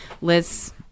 Liz